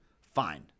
fine